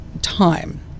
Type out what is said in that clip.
time